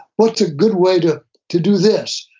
what's a good way to to do this,